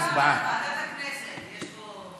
ועדת הכנסת, אייכלר,